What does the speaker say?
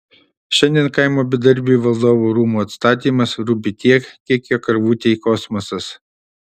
šiandien kaimo bedarbiui valdovų rūmų atstatymas rūpi tiek kiek jo karvutei kosmosas